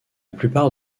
plupart